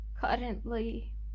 currently